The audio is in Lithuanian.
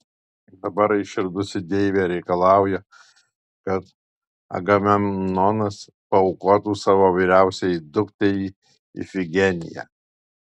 dabar įširdusi deivė reikalauja kad agamemnonas paaukotų savo vyriausiąją dukterį ifigeniją